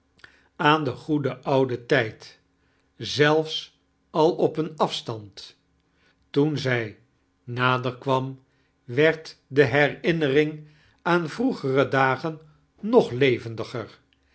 aan den goeden ouden tijd zelfs al op een afstand toen zij naderkwam werd de herinnering aan vroegere dagen nog levendiger